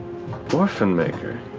orphan maker?